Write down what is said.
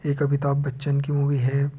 एक अमिताभ बच्चन की मूवी है